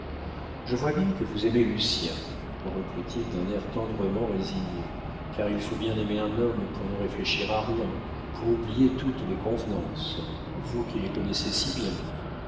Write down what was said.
je vois bien que vous aimez lucien reprit-il d'un air tendrement résigné car il faut bien aimer un homme pour ne réfléchir à rien pour oublier toutes les convenances vous qui les connaissez si bien